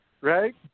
right